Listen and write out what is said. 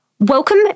Welcome